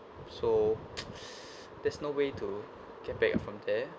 so there's no way to get back from there